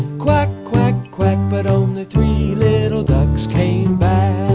quack, quack, quack but only three little ducks came back